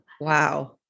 Wow